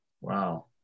wow